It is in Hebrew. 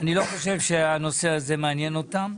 אני לא חושב שהנושא הזה מעניין אותם.